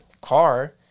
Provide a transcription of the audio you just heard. car